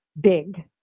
big